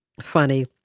funny